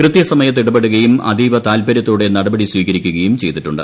കൃത്യസമയത്ത് ഇടപെടുകയും അതീവ താല്പരൃത്തോടെ നടപടി സ്വീകരിക്കുകയും ചെയ്തിട്ടുണ്ട്